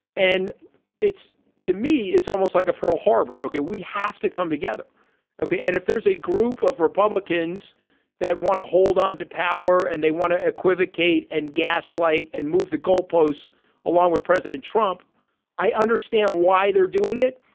and it's to me it's almost like a pearl harbor. ok. we have to come together ok. and if there is a group of republicans that want to hold onto power and they want to equivocate and gaslight and move the goalposts along with president trump i understand why they're doing it.